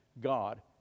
God